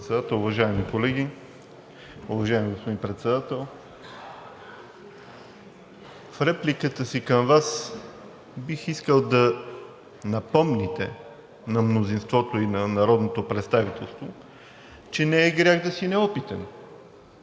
В репликата си към Вас бих искал да напомните на мнозинството и на народното представителство, че не е грях да си неопитен